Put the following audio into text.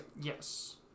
yes